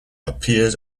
appears